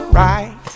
right